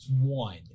one